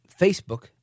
Facebook